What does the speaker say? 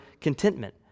contentment